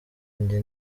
njye